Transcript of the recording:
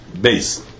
Base